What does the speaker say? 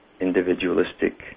individualistic